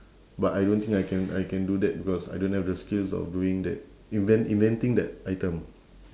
but I don't think I can I can do that because I don't have the skills of doing that invent~ inventing that item